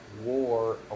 war